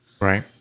Right